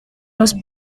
los